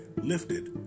lifted